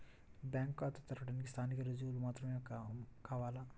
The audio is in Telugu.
బ్యాంకు ఖాతా తెరవడానికి స్థానిక రుజువులు మాత్రమే కావాలా?